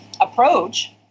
approach